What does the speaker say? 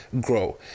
grow